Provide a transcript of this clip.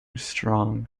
strong